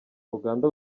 uganda